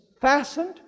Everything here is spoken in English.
fastened